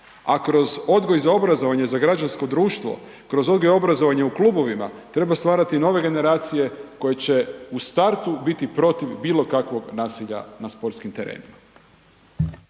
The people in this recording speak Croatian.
a kroz odgoj i za obrazovanje za građansko društvo, kroz odgoj i obrazovanje u klubovima treba stvarati nove generacije koje će u startu biti protiv bilo kakvog nasilja na sportskim terenima.